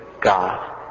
God